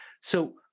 So-